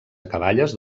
acaballes